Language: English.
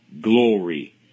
glory